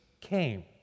came